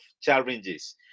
challenges